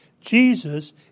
Jesus